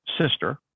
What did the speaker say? sister